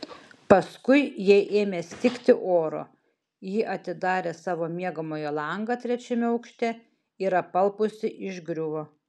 paskui jai ėmė stigti oro ji atidarė savo miegamojo langą trečiame aukšte ir apalpusi išgriuvo